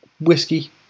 whiskey